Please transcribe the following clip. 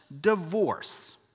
divorce